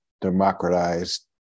democratized